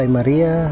Maria